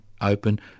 open